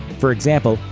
for example,